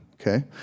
Okay